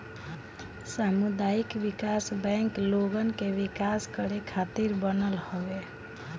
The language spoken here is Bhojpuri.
सामुदायिक विकास बैंक लोगन के विकास करे खातिर बनल हवे